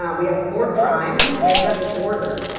um we have more crime, and we have less order.